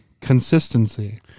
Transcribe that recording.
consistency